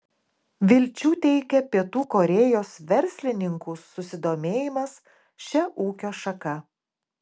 vilčių teikia pietų korėjos verslininkų susidomėjimas šia ūkio šaka